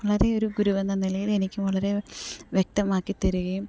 വളരെ ഒരു ഗുരുവെന്ന നിലയിൽ എനിക്ക് വളരെ വ്യക്തമാക്കിത്തരികയും